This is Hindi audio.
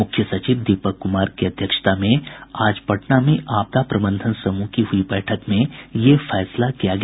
मुख्य सचिव दीपक कुमार की अध्यक्षता में आज पटना में आपदा प्रबंधन समूह की बैठक में यह फैसला लिया गया